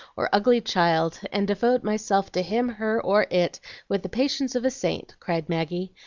or ugly child, and devote myself to him, her, or it with the patience of a saint, cried maggie,